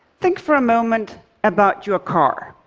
think for a moment about your car.